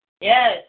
Yes